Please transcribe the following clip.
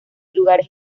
lugares